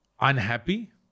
unhappy